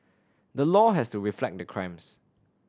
the law has to reflect the crimes